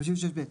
סעיף 56(ב).